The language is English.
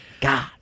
God